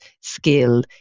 skill